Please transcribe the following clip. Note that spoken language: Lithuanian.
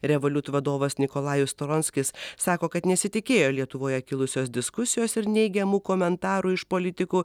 revoliut vadovas nikolajus storonskis sako kad nesitikėjo lietuvoje kilusios diskusijos ir neigiamų komentarų iš politikų